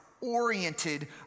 oriented